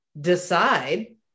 decide